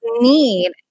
need